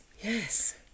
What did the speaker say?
Yes